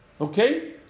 Okay